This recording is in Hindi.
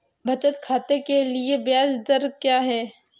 बचत खाते के लिए ब्याज दर क्या है?